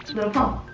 lil' pump.